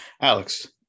Alex